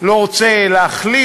חברי חברי הכנסת, נפל דבר בישראל.